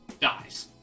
dies